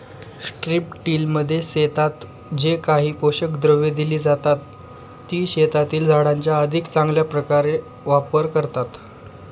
स्ट्रिपटिलमध्ये शेतात जे काही पोषक द्रव्ये दिली जातात, ती शेतातील झाडांचा अधिक चांगल्या प्रकारे वापर करतात